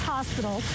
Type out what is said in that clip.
Hospital